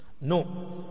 No